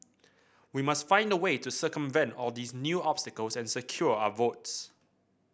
we must find a way to circumvent all these new obstacles and secure our votes